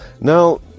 now